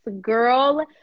girl